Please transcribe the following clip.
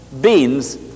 beans